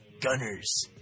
gunners